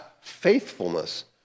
faithfulness